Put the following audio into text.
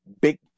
big